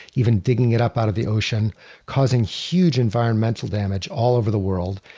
even digging it up out of the ocean causing huge environmental damage all over the world.